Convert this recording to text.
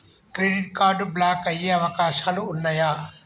Credit card block అయ్యే అవకాశాలు ఉన్నయా?